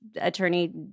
attorney